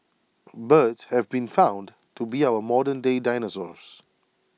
birds have been found to be our modernday dinosaurs